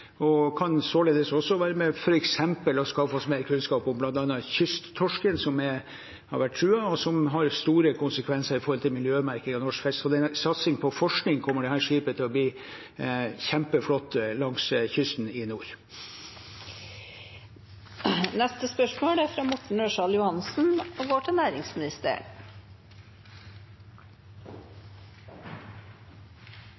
og kan således også være med på f.eks. å skaffe oss mer kunnskap om bl.a. kysttorsken, som har vært truet. Det har store konsekvenser for miljømerking av norsk fisk. Så når det gjelder satsing på forskning, kommer dette skipet til å bli kjempeflott langs kysten i nord.